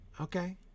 Okay